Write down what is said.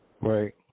Right